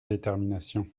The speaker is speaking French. détermination